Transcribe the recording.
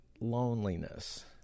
loneliness